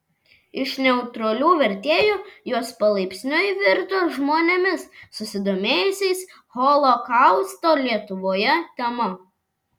iš neutralių vertėjų jos palaipsniui virto žmonėmis susidomėjusiais holokausto lietuvoje tema